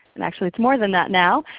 and actually it's more than that now.